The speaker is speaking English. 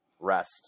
rest